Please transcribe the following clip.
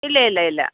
ഇല്ല ഇല്ല ഇല്ല